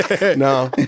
No